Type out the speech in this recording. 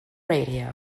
radio